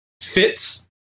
fits